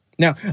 Now